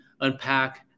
unpack